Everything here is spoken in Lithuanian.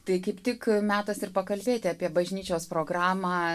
tai kaip tik metas ir pakalbėti apie bažnyčios programą